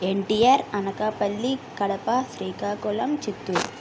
NTR Anakapalli Kadapa Srikakulam Chittoor